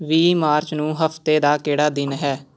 ਵੀਹ ਮਾਰਚ ਨੂੰ ਹਫ਼ਤੇ ਦਾ ਕਿਹੜਾ ਦਿਨ ਹੈ